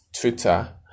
Twitter